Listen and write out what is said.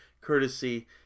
courtesy